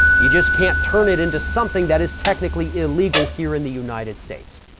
you just can't turn it into something that is technically illegal here in the united states.